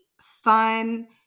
fun